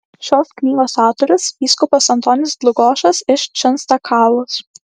šios knygos autorius vyskupas antonis dlugošas iš čenstakavos